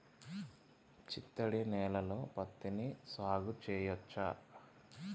చిత్తడి నేలలో పత్తిని సాగు చేయచ్చా?